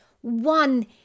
one